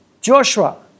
Joshua